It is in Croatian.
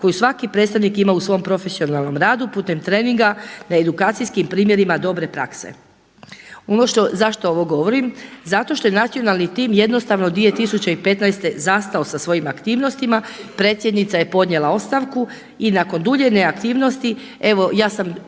koju svaki predstavnik ima u svom profesionalnom radu putem treninga na edukacijskim primjerima dobre prakse. Ono zašto ovo govorim, zato što je nacionalni tim jednostavno 2015. zastao sa svojim aktivnostima predsjednica je podnijela ostavku i nakon dulje neaktivnosti evo ja sam